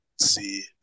see